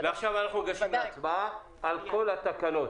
ועכשיו אנחנו ניגשים להצבעה על כל התקנות.